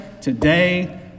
today